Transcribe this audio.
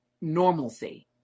normalcy